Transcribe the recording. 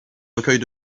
recueils